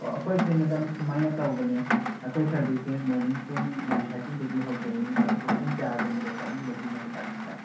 ꯑꯣ ꯑꯩꯈꯣꯏꯁꯦ ꯃꯦꯗꯥꯝ ꯁꯨꯃꯥꯏꯅ ꯇꯧꯕꯅꯦ ꯑꯩꯈꯣꯏ ꯁꯥꯔꯕꯤꯁꯁꯦ ꯃꯣꯔꯅꯤꯡ ꯄꯨꯡ ꯅꯥꯏꯟ ꯊꯥꯔꯇꯤꯗꯒꯤ ꯍꯧꯖꯩꯌꯦ ꯃꯦꯗꯥꯝ ꯑꯗꯨ ꯄꯨꯡ ꯀꯌꯥꯒꯨꯝꯕꯗ ꯆꯠꯅꯤꯡꯕꯒꯤꯅꯣ ꯃꯦꯗꯥꯝꯒꯤꯁꯦ